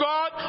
God